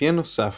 מאפיין נוסף